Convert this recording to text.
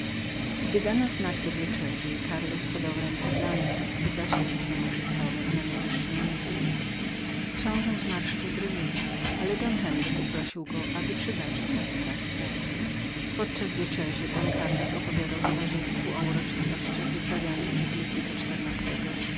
gdy dano znak do wieczerzy karlos podał rękę blance i zasiadł z nią na najwyższym rogu stołu książe zmarszczył brwi ale don henryk uprosił go aby przebaczył na ten raz bratu podczas wieczerzy don karlos opowiadał towarzystwu uroczystości wyprawiane przez ludwika xiv